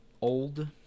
old